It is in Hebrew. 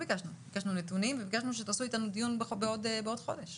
ביקשנו נתונים, וביקשנו לקיים דיון בעוד חודש.